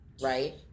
right